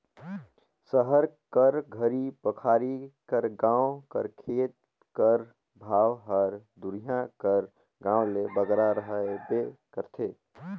सहर कर घरी पखारी कर गाँव कर खेत कर भाव हर दुरिहां कर गाँव ले बगरा रहबे करथे